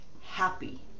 happy